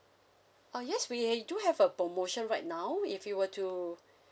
oh yes we do have a promotion right now if you were to